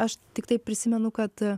aš tiktai prisimenu kad